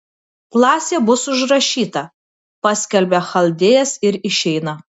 klasė bus užrašyta paskelbia chaldėjas ir išeina